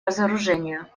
разоружению